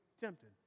tempted